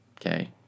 Okay